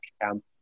camp